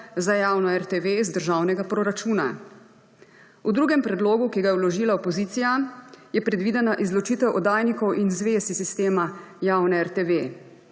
za javno RTV iz državnega proračuna. V drugem predlogu, ki ga je vložila opozicija, je predvidena izločitev oddajnikov in zvez iz sistema javne RTV.